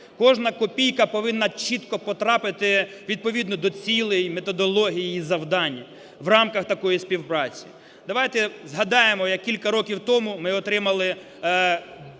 Кожна копійка повинна чітко потрапити відповідно до цілей, методології і завдань в рамках такої співпраці. Давайте згадаємо, як кілька років тому ми отримали